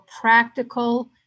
practical